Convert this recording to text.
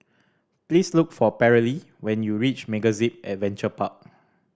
please look for Paralee when you reach MegaZip Adventure Park